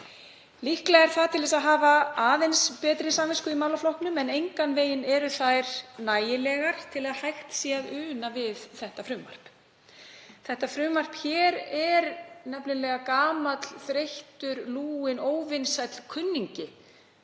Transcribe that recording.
Líklega er það til að hafa aðeins betri samvisku í málaflokknum en engan veginn eru þær nægilegar til að hægt sé að una við þetta frumvarp. Það er nefnilega gamall, þreyttur, lúinn og óvinsæll kunningi